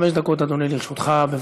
חמש דקות לרשותך, אדוני.